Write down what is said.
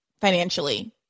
financially